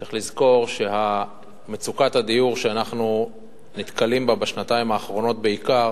צריך לזכור שמצוקת הדיור שאנחנו נתקלים בה בשנתיים האחרונות בעיקר